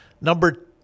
number